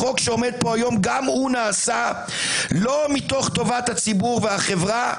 החוק שעומד פה היום גם הוא נעשה לא מתוך טובת הציבור והחברה,